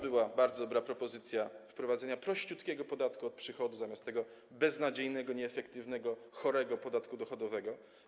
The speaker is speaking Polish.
Była bardzo dobra propozycja wprowadzenia prościutkiego podatku od przychodu zamiast tego beznadziejnego, nieefektywnego, chorego podatku dochodowego.